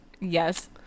Yes